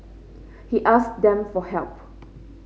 he asked them for help